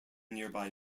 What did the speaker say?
nearby